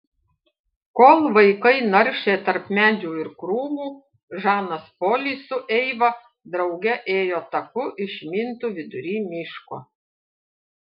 kol vaikai naršė tarp medžių ir krūmų žanas polis su eiva drauge ėjo taku išmintu vidury miško